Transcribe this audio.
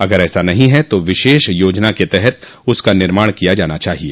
अगर ऐसा नहीं है तो विशेष योजना के तहत उसका निर्माण किया जाना चाहिए